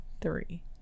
three